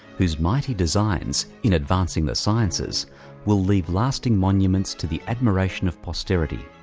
whose mighty designs in advancing the sciences will leave lasting monuments to the admiration of posterity.